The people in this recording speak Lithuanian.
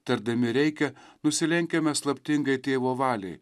tardami reikia nusilenkiame slaptingai tėvo valiai